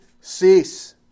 cease